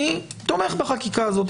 אני תומך בחקיקה הזאת.